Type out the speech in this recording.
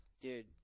Dude